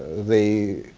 the